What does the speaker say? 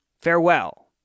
Farewell